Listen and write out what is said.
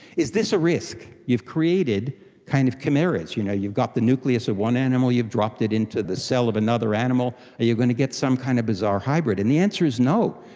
is this a risk? you've created kind of chimeras. you know, you've got the nucleus of one animal, you've dropped it into the cell of another animal, are you going to get some kind of bizarre hybrid? and the answer is no.